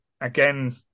again